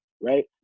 right